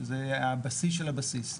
זה הבסיס של הבסיס,